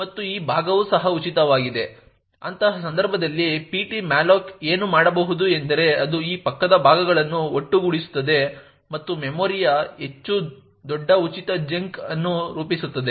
ಮತ್ತು ಈ ಭಾಗವು ಸಹ ಉಚಿತವಾಗಿದೆ ಅಂತಹ ಸಂದರ್ಭದಲ್ಲಿ ptmalloc ಏನು ಮಾಡಬಹುದು ಎಂದರೆ ಅದು ಈ ಪಕ್ಕದ ಭಾಗಗಳನ್ನು ಒಟ್ಟುಗೂಡಿಸುತ್ತದೆ ಮತ್ತು ಮೆಮೊರಿಯ ಹೆಚ್ಚು ದೊಡ್ಡ ಉಚಿತ ಚಂಕ್ ಅನ್ನು ರೂಪಿಸುತ್ತದೆ